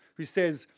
who says,